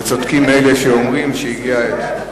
וצודקים אלה שאומרים שהגיעה העת.